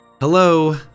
Hello